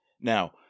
Now